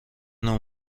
نوع